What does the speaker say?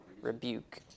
Rebuke